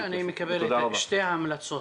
אישית אני מקבל את שתי ההמלצות,